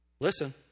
Listen